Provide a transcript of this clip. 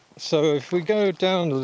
so if we go down,